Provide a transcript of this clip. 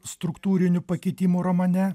struktūrinių pakitimų romane